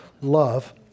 love